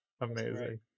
Amazing